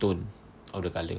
tone of the colour